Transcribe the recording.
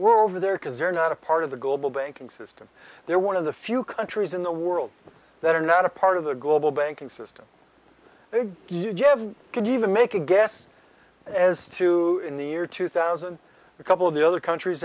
we're over there because they're not a part of the global banking system they're one of the few countries in the world that are not a part of the global banking system they could even make a guess as to in the year two thousand a couple of the other countries